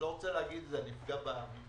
אתה רוצה להגיד זה, אני אפגע במחיר.